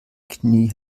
knie